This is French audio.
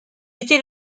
était